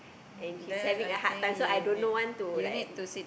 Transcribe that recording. and he's having a hard time so I don't know want to like